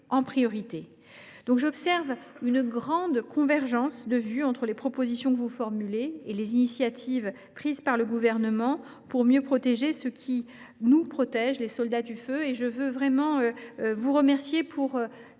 J’observe une grande convergence de vue entre les propositions que vous formulez et les initiatives prises par le Gouvernement pour mieux protéger ceux qui nous protègent : les soldats du feu. Je tiens donc à vous remercier de